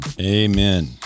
Amen